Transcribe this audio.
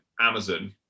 Amazon